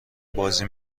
بازی